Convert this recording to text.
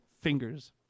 fingers